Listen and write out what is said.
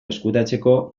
ezkutatzeko